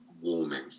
warming